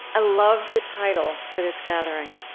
i love the title for this gathering